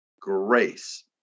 Grace